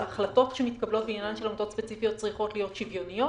החלטות שמתקבלות בעניין של עמותות ספציפיות צריכות להיות שוויוניות,